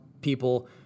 people